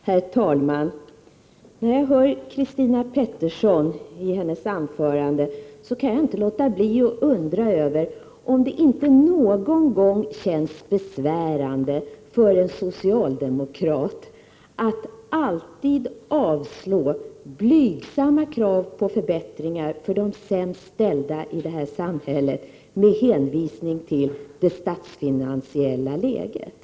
Herr talman! När jag hör Christina Pettersson kan jag inte låta bli att undra om det inte någon gång känns besvärande för en socialdemokrat att alltid avslå blygsamma krav på förbättringar för de sämst ställda i detta samhälle med hänvisning till det statsfinansiella läget.